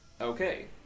Okay